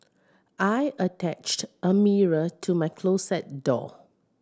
I attached a mirror to my closet door